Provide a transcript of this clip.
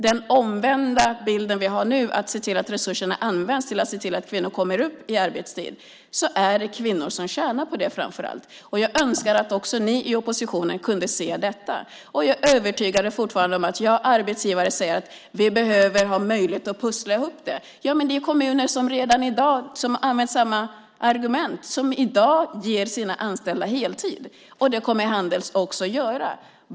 Den omvända bilden innebär att resurserna används för att se till att kvinnor går upp i arbetstid. Det är alltså framför allt kvinnor som tjänar på detta. Jag önskar att också ni i oppositionen kunde se det. Det finns arbetsgivare som säger att de behöver ha möjligheten att pussla ihop det. Men det finns ju kommuner som tidigare använde samma argument och som i dag ger de anställda heltid. Det kommer Handels också att göra.